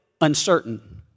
uncertain